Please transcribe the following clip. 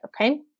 okay